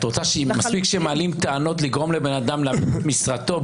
את רוצה שמספיק שמעלים טענות לגרום לאדם לאבד את משרתו,